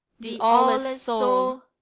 the aweless soul,